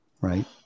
right